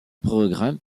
programmes